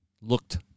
looked